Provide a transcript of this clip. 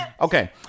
Okay